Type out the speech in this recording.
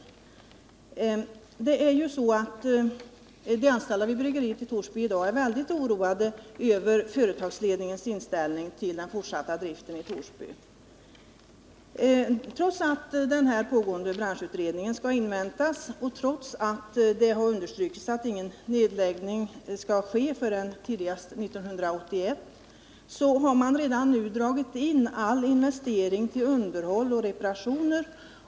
De anställda vid bryggeriet i Torsby är i dag mycket oroade över företagsledningens inställning till den fortsatta driften i Torsby. Trots att den pågående branschutredningen skall inväntas och trots att det understrukits att ingen nedläggning skall ske förrän tidigast 1981 har man redan nu dragit in alla investeringar till underhåll och reparationer.